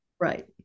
right